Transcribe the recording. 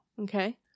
Okay